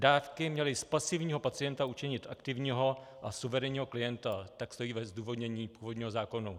Dávky měly z pasivního pacienta učinit aktivního a suverénního klienta tak stojí ve zdůvodnění původního zákona.